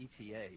EPA